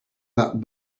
that